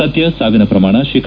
ಸದ್ದ ಸಾವಿನ ಪ್ರಮಾಣ ಶೇ